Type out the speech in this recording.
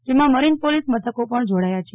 જેમાં marine police મથકો પણ જોડાયા છે